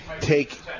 take